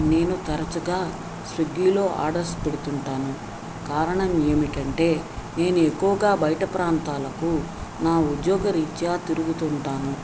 నేను తరచుగా స్విగ్గీలో ఆర్డర్స్ పెడుతుంటాను కారణం ఏమిటంటే నేను ఎక్కువగా బయట ప్రాంతాలకు నా ఉద్యోగరీత్యా తిరుగుతుంటాను